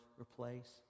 replace